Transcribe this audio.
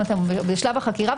כלומר בשלב החקירה,